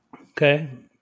Okay